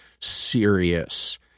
serious